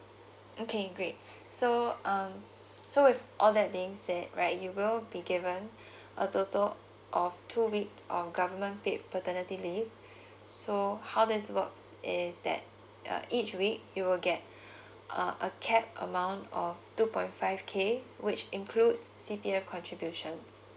okay great so um so with all that being said right you will be given a total of two weeks of government paid paternity leave so how does it work is that uh each week you will get uh a cap amount of two point five k which includes C_P_F contributions